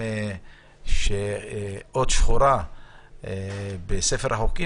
"אות שחורה בספר החוקים",